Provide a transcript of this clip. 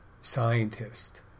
scientist